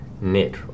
net